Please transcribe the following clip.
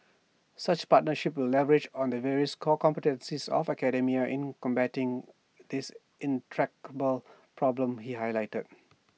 such partnerships will leverage on the various core competencies of academia in combating this intractable problem he highlighted